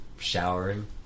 Showering